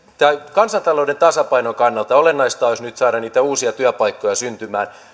kansantalouden tasapainon kannalta olennaista olisi nyt saada niitä uusia työpaikkoja syntymään